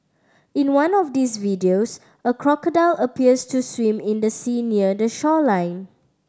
in one of these videos a crocodile appears to swim in the sea near the shoreline